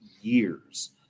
years